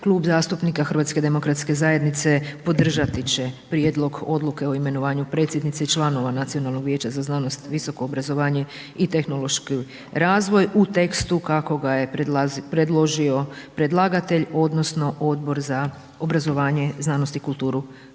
Klub zastupnika HDZ-a podržati će Prijedlog odluke o imenovanju predsjednice i članova Nacionalnog vijeća za znanost, visoko obrazovanje i tehnološki razvoj u tekstu kako ga je predložio predlagatelj odnosno Odbor za obrazovanje, znanost i kulturu Hrvatskoga